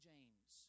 James